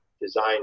design